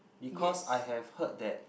because I have heard that